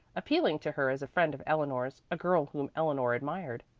appealing to her as a friend of eleanor's, a girl whom eleanor admired.